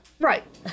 Right